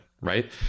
right